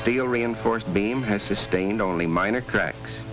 steel reinforced beam has sustained only minor cracks